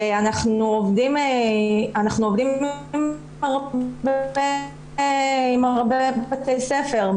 אנחנו עובדים עם הרבה בתי ספר.